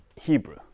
Hebrew